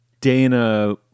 Dana